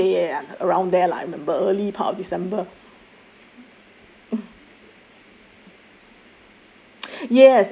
ah okay ya ya around there lah I remember early part of december